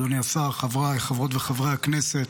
אדוני השר, חבריי חברות וחברי הכנסת,